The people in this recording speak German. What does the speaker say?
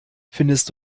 findest